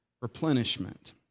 replenishment